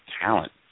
talent